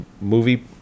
movie